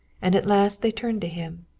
and at last they turned to him.